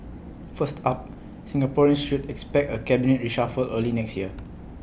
first up Singaporeans should expect A cabinet reshuffle early next year